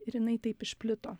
ir jinai taip išplito